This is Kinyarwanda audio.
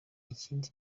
ikindi